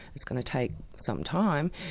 it's going to take some time.